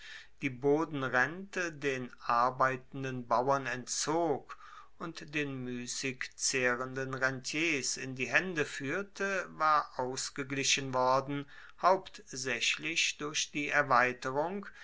die bodenrente den arbeitenden bauern entzog und den muessig zehrenden rentiers in die haende fuehrte war ausgeglichen worden hauptsaechlich durch die erweiterung